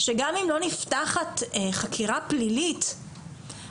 שגם אם לא נפתחת חקירה פלילית,